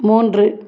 மூன்று